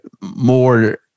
more